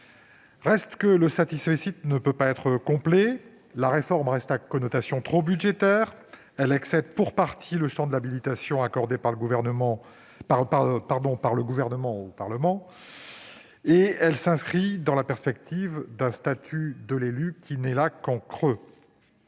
de l'élu. Le satisfecit ne saurait être complet. En effet, la réforme a une connotation trop budgétaire. Elle excède pour partie le champ de l'habilitation accordée au Gouvernement par le Parlement. Elle s'inscrit dans la perspective d'un statut de l'élu qui n'existe qu'en creux.